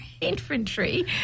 infantry